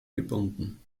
gebunden